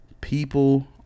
people